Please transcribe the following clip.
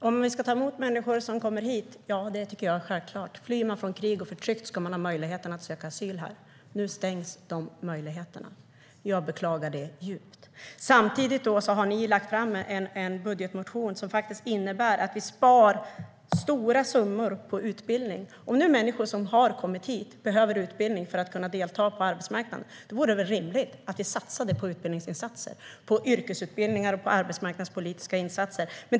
Herr talman! Ska vi ta emot människor som kommer hit? Ja, det tycker jag är självklart. Flyr man från krig och förtryck ska man ha möjlighet att söka asyl här. Nu stängs de möjligheterna, och jag beklagar det djupt. Samtidigt har ni lagt fram en budgetmotion som faktiskt innebär att vi sparar stora summor på utbildning. Om nu människor som har kommit hit behöver utbildning för att kunna delta på arbetsmarknaden vore det väl rimligt att satsa på utbildningsinsatser - på yrkesutbildningar och arbetsmarknadspolitiska insatser?